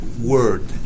word